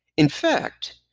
in fact,